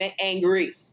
angry